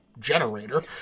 Generator